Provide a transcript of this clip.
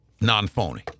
non-phony